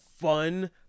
fun